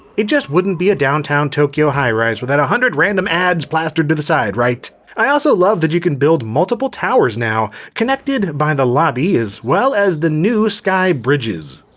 it just wouldn't be a downtown tokyo highrise without a hundred random ads plastered to the side, right? i also love that you can build multiple towers now, connected by the lobby as well as the new sky bridges.